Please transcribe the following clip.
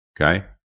Okay